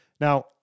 Now